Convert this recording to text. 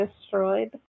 destroyed